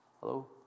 Hello